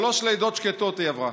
שלוש לידות שקטות היא עברה,